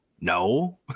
No